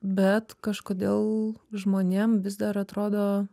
bet kažkodėl žmonėm vis dar atrodo